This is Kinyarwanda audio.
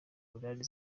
munani